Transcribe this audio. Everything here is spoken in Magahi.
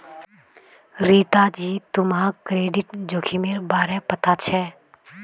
रीता जी, तुम्हाक क्रेडिट जोखिमेर बारे पता छे?